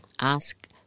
ask